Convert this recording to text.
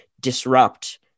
disrupt